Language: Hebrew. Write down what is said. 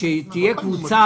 שתהיה קבוצה